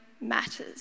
matters